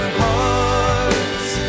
hearts